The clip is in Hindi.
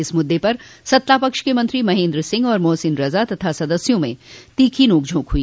इस मुद्दे पर सत्तापक्ष के मंत्री महेन्द्र सिंह और मोहसिन रजा तथा सदस्यों में तीखी नोकझोक हुई